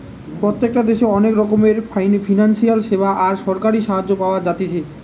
প্রত্যেকটা দেশে অনেক রকমের ফিনান্সিয়াল সেবা আর সরকারি সাহায্য পাওয়া যাতিছে